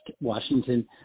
Washington